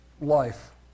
life